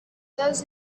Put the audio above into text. those